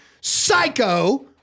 psycho